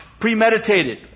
Premeditated